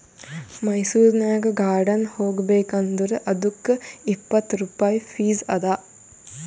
ಮೈಸೂರನಾಗ್ ಗಾರ್ಡನ್ ಹೋಗಬೇಕ್ ಅಂದುರ್ ಅದ್ದುಕ್ ಇಪ್ಪತ್ ರುಪಾಯಿ ಫೀಸ್ ಅದಾ